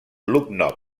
lucknow